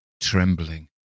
trembling